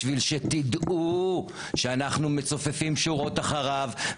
בשביל שתדעו שאנחנו מצופפים שורות אחריו,